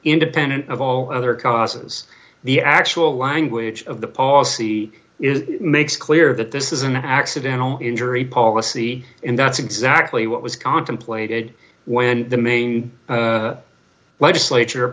independent of all other causes the actual language of the policy is makes clear that this is an accidental injury policy and that's exactly what was contemplated when the maine legislature